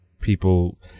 people